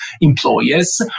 employers